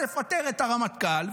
אתה תפטר את הרמטכ"ל,